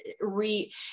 re